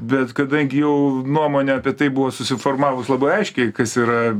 bet kadangi jau nuomonė apie tai buvo susiformavus labai aiškiai kas yra